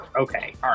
okay